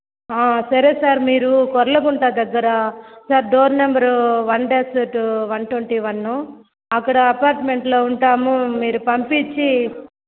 సరే సార్ మీరు కొర్ల గుంట దగ్గర sir door number one dash one twenty one అక్కడ అపార్ట్మెంట్లో ఉంటాము మీరు పంపించి